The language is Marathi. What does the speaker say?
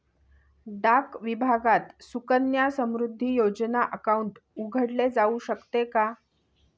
डाक विभागात सुकन्या समृद्धी योजना अकाउंट उघडले जाऊ शकते का?